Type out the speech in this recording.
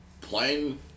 Plain